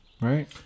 right